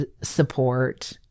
support